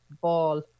ball